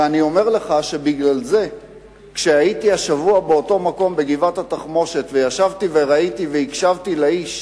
ואני אומר לך שבגלל זה כשהייתי השבוע בגבעת-התחמושת והקשבתי לאיש,